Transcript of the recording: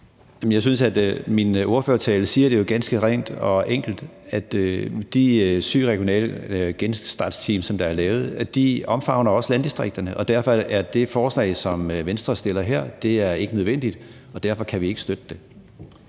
Jeg synes jo, at min ordførertale siger det ganske rent og enkelt, altså at de syv regionale genstartsteams, der er lavet, også omfavner landdistrikterne. Derfor er det forslag, som Venstre her fremsætter, ikke nødvendigt, og derfor kan vi ikke støtte det.